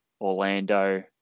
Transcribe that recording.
Orlando